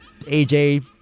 AJ